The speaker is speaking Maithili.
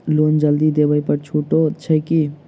लोन जल्दी देबै पर छुटो छैक की?